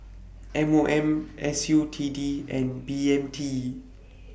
M O M S U T D and B M T